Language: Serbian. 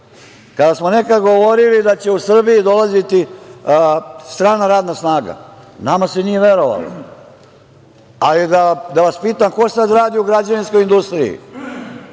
kada smo nekada govorili da će u Srbiji dolaziti strana radna snaga, nama se nije verovalo. Da vas pitam, ko sada radi u građevinskoj industriji?